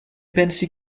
pensi